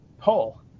poll